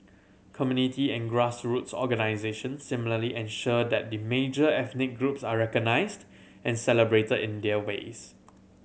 community and grassroots organisations similarly ensure that the major ethnic groups are recognised and celebrated in their ways